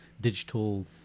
digital